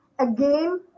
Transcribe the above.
Again